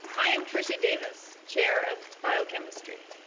i am trisha davis, chair of biochemistry.